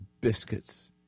biscuits